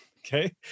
Okay